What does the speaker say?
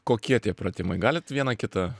kokie tie pratimai galit vieną kitą